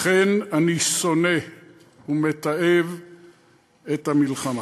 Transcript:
לכן אני שונא ומתעב את המלחמה.